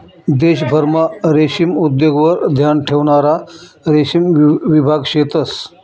देशभरमा रेशीम उद्योगवर ध्यान ठेवणारा रेशीम विभाग शेतंस